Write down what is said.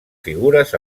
figures